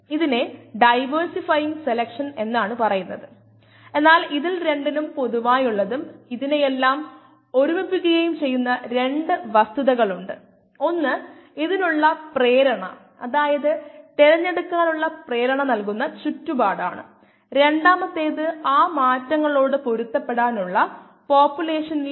70 degree സെൽഷ്യസിൽ കോശങ്ങളുടെ സാന്ദ്രത 100 ശതമാനത്തിൽ നിന്ന് 20 ശതമാനത്തിലേക്ക് പോകാൻ 5 മിനിറ്റ് അല്ലെങ്കിൽ 300 സെക്കൻഡ് എടുക്കുമെന്ന് നമുക്കറിയാം